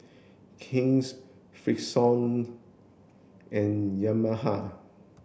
King's Freshkon and Yamaha